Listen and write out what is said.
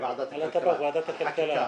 בוועדת הכלכלה.